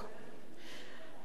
על-פי הצעת החוק